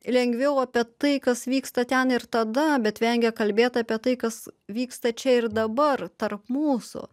lengviau apie tai kas vyksta ten ir tada bet vengia kalbėt apie tai kas vyksta čia ir dabar tarp mūsų